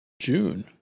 June